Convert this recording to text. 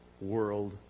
world